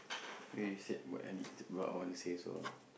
ya you said what I need to what I wanna say so